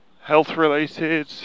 health-related